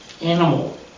animal